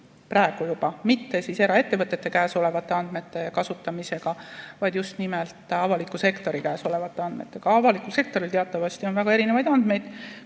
tegele mitte eraettevõtjate käes olevate andmete kasutamisega, vaid just nimelt avaliku sektori käes olevate andmetega. Avalikul sektoril teatavasti on väga palju erinevaid andmeid.